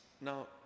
Now